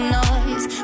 noise